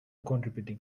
contributing